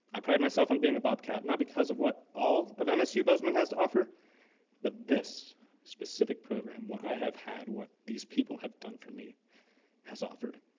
i pride myself on being a bobcat not because of what all of msu bozeman has to offer but this specific program, what i have had, what these people have done for me has offered.